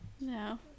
No